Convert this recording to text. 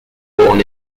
born